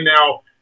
now